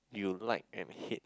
you like and hate